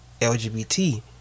LGBT